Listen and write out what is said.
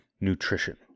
nutrition